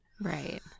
Right